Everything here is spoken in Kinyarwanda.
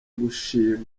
gushimwa